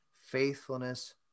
faithfulness